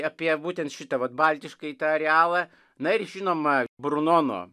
apie būtent šitą vat baltiškąjį tą arealą na ir žinoma brunono